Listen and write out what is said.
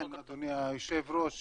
כן, אדוני היושב ראש.